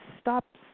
Stop